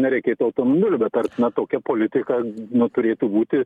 nereikėtų automobilio bet ar na tokia politika nu turėtų būti